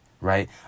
right